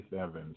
Evans